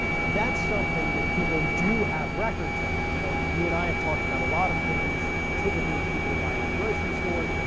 that's something that people do have records of. you know, you and i have talked about a lot of things, typically people buy at the grocery store.